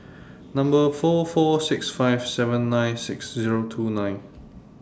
Number four four six five seven nine six Zero two nine